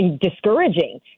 discouraging